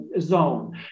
zone